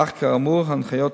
אך, כאמור, הנחיות